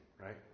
right